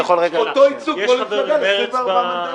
אותו ייצוג כמו למפלגה עם 24 מנדטים.